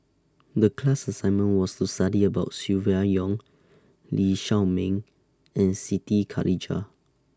The class assignment was to study about Silvia Yong Lee Shao Meng and Siti Khalijah